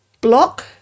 block